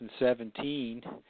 2017